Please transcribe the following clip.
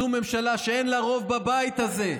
זו ממשלה שאין לה רוב בבית הזה.